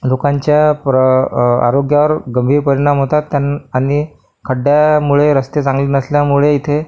लोकांच्या प्र अ आरोग्यावर गंभीर परिणाम होतात त्यांना आणि खड्यामुळे रस्ते चांगले नसल्यामुळे इथे